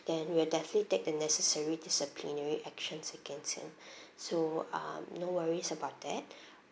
then we will definitely take the necessary disciplinary actions against him so um no worries about that